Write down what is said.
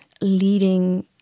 leading